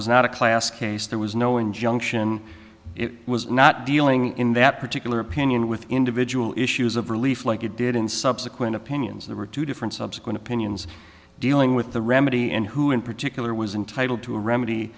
was not a class case there was no injunction it was not dealing in that particular opinion with individual issues of relief like it did in subsequent opinions there were two different subsequent opinions dealing with the remedy and who in particular was entitle to a remedy